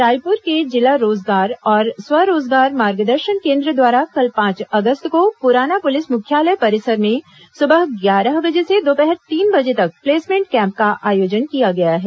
रायपुर के जिला रोजगार और स्व रोजगार मार्गदर्शन केन्द्र द्वारा कल पांच अगस्त को पुराना पुलिस मुख्यालय परिसर में सुबह ग्यारह बजे से दोपहर तीन बजे तक प्लेसमेंट कैम्प का आयोजन किया गया है